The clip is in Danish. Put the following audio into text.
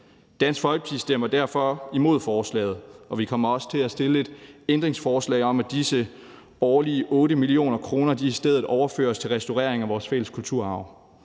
Dansk Folkeparti stemmer derfor imod forslaget, og vi kommer også til at stille et ændringsforslag om, at disse årlige 8 mio. kr. i stedet overføres til restaurering af vores fælles kulturarv.